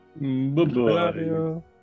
Bye-bye